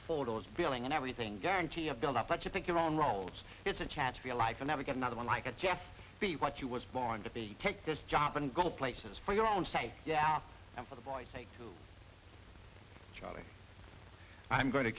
photos billing and everything guarantee a build up but you think of all roles it's a chance for your life and never get another one like a jack be what you was born to be take this job and go places for your own sake yeah and for the boy's sake charlie i'm going to